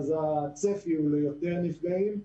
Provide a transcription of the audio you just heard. הצפי הוא ליותר נפגעים,